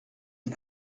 die